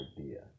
idea